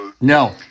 No